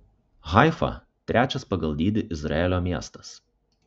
haifa trečias pagal dydį izraelio miestas